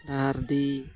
ᱰᱟᱦᱟᱨᱰᱤ